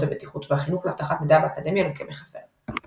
הבטיחות והחינוך לאבטחת מידע באקדמיה לוקה בחסר.